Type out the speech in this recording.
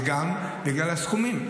וגם בגלל הסכומים,